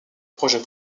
projet